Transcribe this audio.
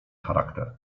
charakter